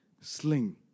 sling